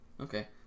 Okay